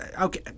okay